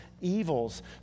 evils